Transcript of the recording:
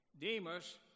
Demas